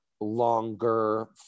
longer